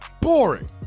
Boring